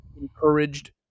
encouraged